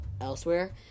elsewhere